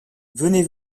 venez